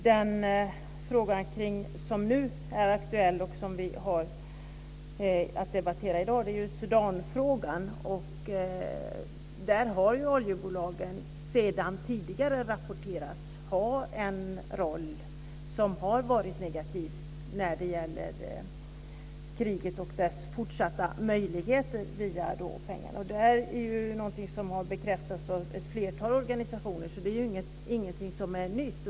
Det som vi har att debattera i dag är ju Sudanfrågan. Där har oljebolagen, enligt vad som tidigare har rapporteras, genom sina pengar haft en negativ roll när det gäller kriget och dess fortsatta möjligheter. Detta har också bekräftats av ett flertal organisationer, så det är ju ingenting nytt.